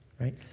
right